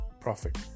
profit